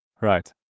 right